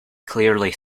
clearly